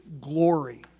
glory